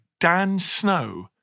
DANSNOW